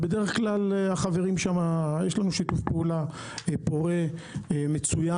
בדרך כלל, יש לנו שיתוף פעולה פורה ומצוין.